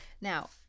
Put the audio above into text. now